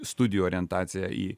studijų orientacija į